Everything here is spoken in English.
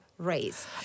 Raise